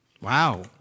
Wow